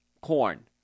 Corn